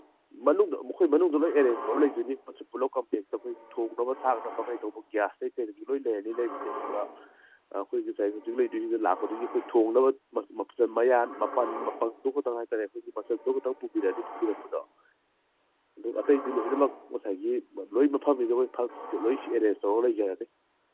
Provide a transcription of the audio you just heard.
ꯃꯅꯨꯡꯗ ꯃꯈꯣꯏ ꯃꯅꯨꯡꯗ ꯂꯣꯏ ꯑꯦꯔꯦꯟꯖ ꯇꯧ ꯂꯩꯗꯣꯏꯅꯤ ꯄꯨꯂꯞ ꯀꯝꯄꯦꯛꯇ ꯊꯣꯡꯅꯕ ꯊꯥꯛꯅꯕ ꯀꯩꯗꯧꯕ ꯒ꯭ꯌꯥꯁꯇꯩ ꯀꯩꯗꯒꯤ ꯂꯣꯏ ꯂꯩꯔꯅꯤ ꯂꯩꯕꯁꯦ ꯑꯗꯨꯒ ꯑꯩꯈꯣꯏ ꯉꯁꯥꯏ ꯍꯧꯖꯤꯛ ꯂꯩꯗꯣꯏꯁꯤꯗ ꯂꯥꯛꯄꯗꯨꯒꯤ ꯑꯩꯈꯣꯏ ꯊꯣꯡꯅꯕ ꯃꯆꯟ ꯃꯌꯥꯟ ꯃꯄꯜ ꯑꯗꯨꯈꯛꯇꯪ ꯍꯥꯏ ꯇꯥꯔꯦ ꯑꯩꯈꯣꯏꯒꯤ ꯃꯆꯟꯗꯨꯈꯛ ꯄꯨꯔꯕꯤꯔꯛꯑꯅꯤ ꯄꯨꯕꯤꯔꯛꯄꯗꯣ ꯑꯗꯨ ꯑꯇꯩꯗꯤ ꯂꯣꯏꯅꯃꯛ ꯉꯁꯥꯏꯒꯤ ꯂꯣꯏ ꯃꯐꯝꯁꯤꯗ ꯑꯩꯈꯣꯏ ꯂꯣꯏ ꯑꯦꯔꯦꯟꯁ ꯇꯧꯔꯒ ꯂꯩꯖꯔꯅꯤ